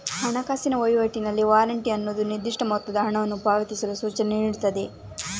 ಹಣಕಾಸಿನ ವೈವಾಟಿನಲ್ಲಿ ವಾರೆಂಟ್ ಅನ್ನುದು ನಿರ್ದಿಷ್ಟ ಮೊತ್ತದ ಹಣವನ್ನ ಪಾವತಿಸಲು ಸೂಚನೆ ನೀಡ್ತದೆ